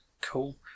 cool